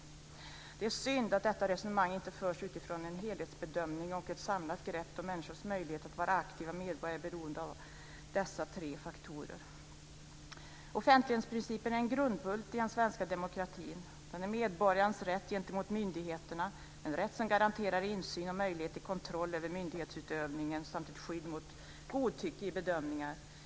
Det är synd att detta resonemang inte förs utifrån en helhetsbedömning och ett samlat grepp, då människors möjlighet att vara aktiva medborgare är beroende av dessa tre faktorer. Offentlighetsprincipen är en grundbult i den svenska demokratin. Den är medborgarens rätt gentemot myndigheterna, en rätt som garanterar insyn och möjlighet till kontroll över myndighetsutövningen samt ett skydd mot godtycke i bedömningar.